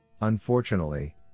Unfortunately